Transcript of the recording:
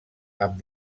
amb